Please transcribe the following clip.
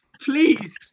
please